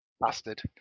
Bastard